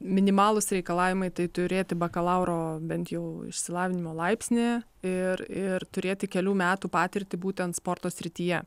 minimalūs reikalavimai tai turėti bakalauro bent jau išsilavinimo laipsnį ir ir turėti kelių metų patirtį būtent sporto srityje